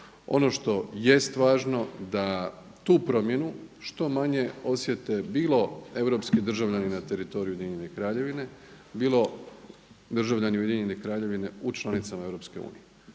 Ono što jest važno da tu promjenu što manje osjete bilo europski državljani na teritoriju UK, bilo državljani UK u članicama EU.